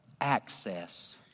access